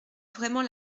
vraiment